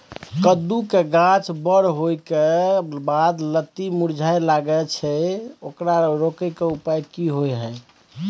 कद्दू के गाछ बर होय के बाद लत्ती मुरझाय लागे छै ओकरा रोके के उपाय कि होय है?